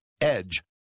EDGE